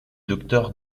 docteur